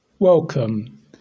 Welcome